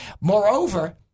Moreover